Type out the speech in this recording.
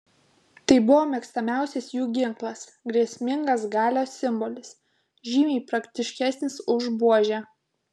tai buvo mėgstamiausias jų ginklas grėsmingas galios simbolis žymiai praktiškesnis už buožę